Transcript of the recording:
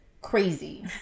crazy